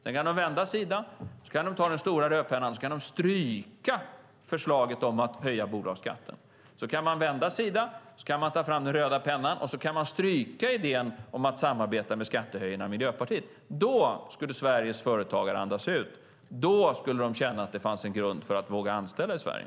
Sedan kan de vända sida och ta fram den stora rödpennan och stryka förslaget om att höja bolagsskatten. Sedan kan de vända sida och ta fram den röda pennan och stryka idén om att samarbeta med skattehöjarna i Miljöpartiet. Då skulle Sveriges företagare andas ut, och då skulle de känna att det fanns en grund för att våga anställa i Sverige.